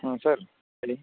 ಹಾಂ ಸರ್ ಹೇಳಿ